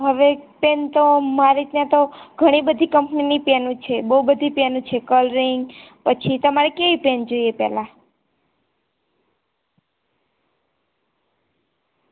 હવે પેન તો મારી ત્યાં તો ઘણી બધી કંપનીની પેનો છે બહુ બધી પેનો છે કલરિંગ પછી તમારે કેવી પેન જોઈએ પહેલાં